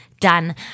done